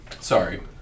sorry